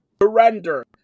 Surrender